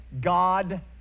God